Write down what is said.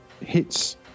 hits